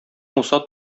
муса